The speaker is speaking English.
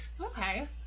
okay